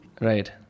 Right